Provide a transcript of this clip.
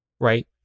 right